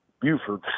Buford